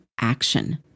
action